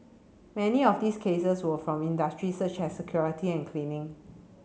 many of these cases were from industries such as security and cleaning